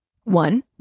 One